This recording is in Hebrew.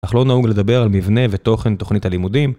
אך לא נהוג לדבר על מבנה ותוכן תוכנית הלימודים.